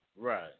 Right